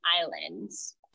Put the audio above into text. Islands